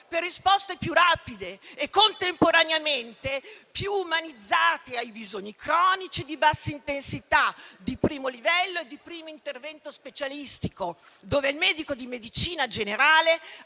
per risposte più rapide e contemporaneamente più umanizzate verso i bisogni cronici e di bassa intensità, di primo livello e di primo intervento specialistico, in cui il medico di medicina generale